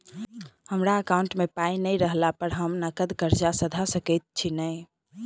हमरा एकाउंट मे पाई नै रहला पर हम नगद कर्जा सधा सकैत छी नै?